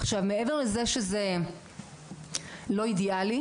עכשיו מעבר לזה שזה לא אידיאלי,